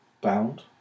bound